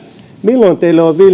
milloin teille on